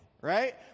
right